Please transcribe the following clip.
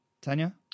Tanya